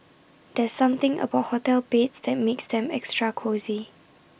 there's something about hotel beds that makes them extra cosy